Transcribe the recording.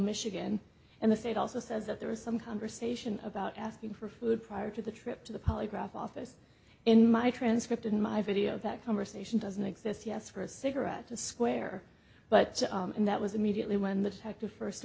michigan and the state also says that there was some conversation about asking for food prior to the trip to the polygraph office in my transcript in my video that conversation doesn't exist yes for a cigarette to square but and that was immediately when th